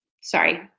sorry